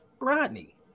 Rodney